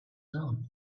heart